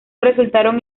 resultaron